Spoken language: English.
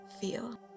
feel